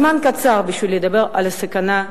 הזמן קצר בשביל לדבר על הסכנה,